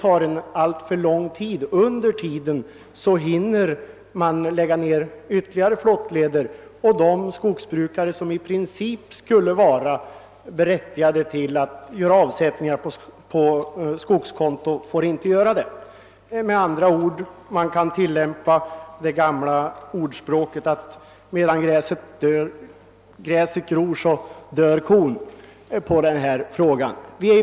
Under väntetiden skulle ytterligare flottleder läggas ned, och de skogsbrukare som i princip vore berättigade att göra avsättningar skulle inte kunna verkställa några sådana. Det gamla ordspråket, att medan gräset gror dör kon, skulle alltså äga giltighet även i detta fall.